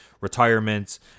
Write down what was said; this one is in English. retirements